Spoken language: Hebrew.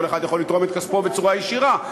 כל אחד יכול לתרום את כספו בצורה ישירה,